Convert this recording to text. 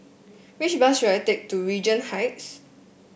which bus should I take to Regent Heights